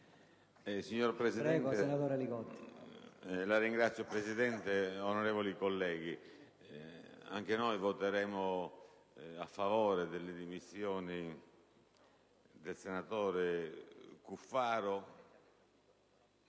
Signor Presidente, onorevoli colleghi, anche noi voteremo a favore delle dimissioni del senatore Cuffaro,